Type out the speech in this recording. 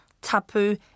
tapu